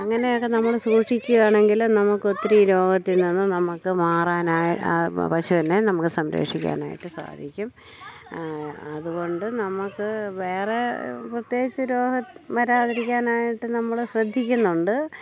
അങ്ങനെയൊക്കെ നമ്മൾ സൂക്ഷിക്കുയാണെങ്കിലും നമുക്ക് ഒത്തിരി രോഗത്തിൽ നിന്ന് നമുക്ക് ആ പശുവിനെ നമുക്ക് സംരക്ഷിക്കാനായിട്ട് സാധിക്കും അതുകൊണ്ട് നമുക്ക് വേറെ പ്രത്യേകിച്ചു രോഗം വരാതിരിക്കാനായിട്ട് നമ്മൾ ശ്രദ്ധിക്കുന്നുണ്ട്